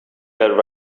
that